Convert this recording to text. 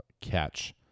catch